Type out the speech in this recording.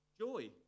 Joy